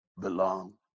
belong